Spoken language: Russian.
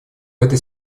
этой